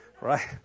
Right